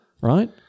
Right